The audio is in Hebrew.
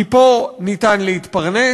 כי פה אפשר להתפרנס,